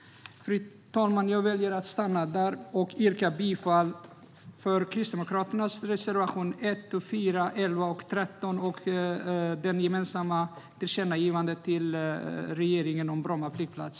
Fru talman! Jag stannar där och yrkar bifall till reservationerna 1, 4, 11 och 13 samt utskottsmajoritetens förslag om tillkännagivande till regeringen om Bromma flygplats.